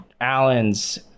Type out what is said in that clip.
Allens